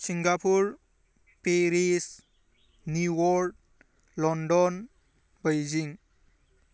Singapore Paris New York London Beijing